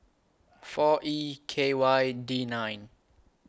four E K Y D nine